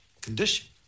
condition